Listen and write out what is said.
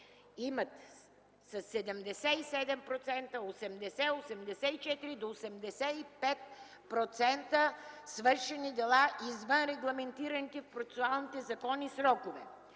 имат със 77-80-84-85% свършени дела извън регламентираните в процесуалните закони срокове.